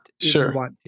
sure